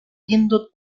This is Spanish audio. viendo